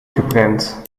geprent